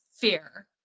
fear